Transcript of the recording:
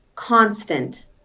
constant